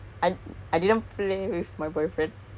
ya then come to each other's world